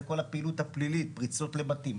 זה כל הפעילות הפלילית פריצות לבתים,